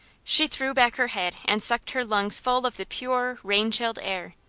she threw back her head and sucked her lungs full of the pure, rain-chilled air.